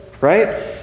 right